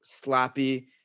slappy